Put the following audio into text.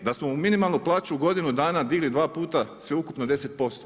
Da smo minimalnu plaću u godinu dana digli dva puta sveukupno 10%